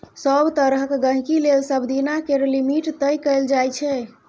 सभ तरहक गहिंकी लेल सबदिना केर लिमिट तय कएल जाइ छै